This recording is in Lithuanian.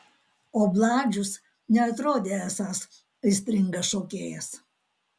o bladžius neatrodė esąs aistringas šokėjas